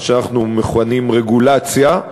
מה שאנחנו מכנים רגולציה,